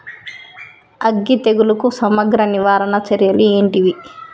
అగ్గి తెగులుకు సమగ్ర నివారణ చర్యలు ఏంటివి?